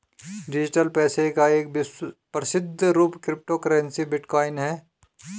digital पैसे का एक प्रसिद्ध रूप क्रिप्टो करेंसी बिटकॉइन है